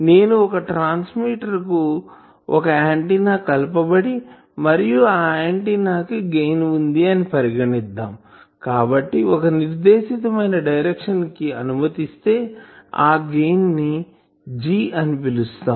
నేను ఒక ట్రాన్స్మిటర్ కు ఒక ఆంటిన్నా కలపబడి మరియు ఆ ఆంటిన్నా కి గెయిన్ వుంది అని పరిగణిద్దాం కాబట్టి ఒక నిర్దేశితమైన డైరెక్షన్ కి అనుమతి స్తే ఆ గెయిన్ ను G అని పిలుస్తాం